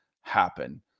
happen